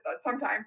sometime